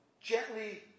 gently